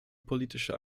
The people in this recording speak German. politische